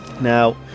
now